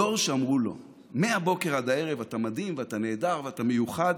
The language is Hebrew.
הדור שאמרו לו מהבוקר עד הערב: אתה מדהים ואתה נהדר ואתה מיוחד,